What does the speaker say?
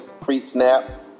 pre-snap